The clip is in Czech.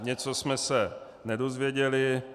Něco jsme se nedozvěděli.